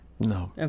No